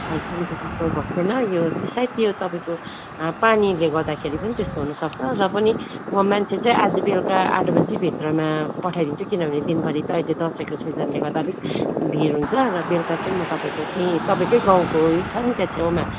अहिलेसम्म त्यस्तो भएको थिएन यो सायद त्यो तपाईँको पानीले गर्दाखेरि पनि त्यस्तो हुनुसक्छ र पनि म मान्छे चाहिँ आज बेलका आठ बजीभित्रमा पठाइदिन्छु किनभने दिनभरि त अहिले दसैँको सिजनले गर्दा अलिक भिड हुन्छ र बेलुका चाहिँ म तपाईँको त्यहीँ तपाईँकै गाउँको छ नि त्यो छेउमा